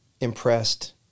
impressed